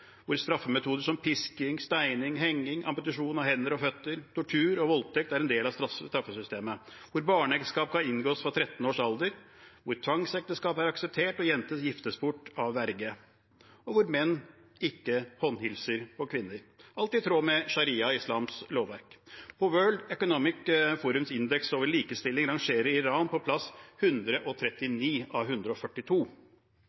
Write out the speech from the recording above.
hvor straffemetoder som pisking, steining, henging, amputasjon av hender og føtter, tortur og voldtekt er en del av straffesystemet, hvor barneekteskap kan inngås fra 13-årsalder, hvor tvangsekteskap er akseptert og jenter giftes bort av verge, og hvor menn ikke håndhilser på kvinner – alt i tråd med sharia, islams lovverk. På World Economic Forums indeks over likestilling rangeres Iran på plass